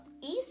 east